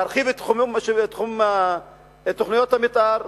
להרחיב את תוכניות המיתאר,